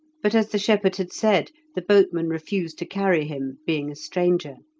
but, as the shepherd had said, the boatman refused to carry him, being a stranger.